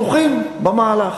בטוחים במהלך,